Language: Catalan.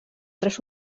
tres